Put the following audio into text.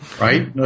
Right